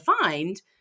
find